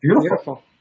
Beautiful